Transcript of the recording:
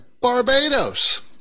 Barbados